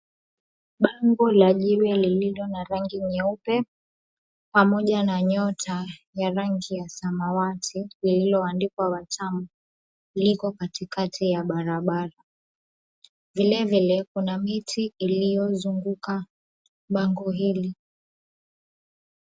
Bango la jiwe lililo na rangi nyeupe pamoja na nyota ya rangi ya samawati lililoandikwa Watamu liko katikati ya barabara. Vilevile kuna miti iliozunguka bango hili.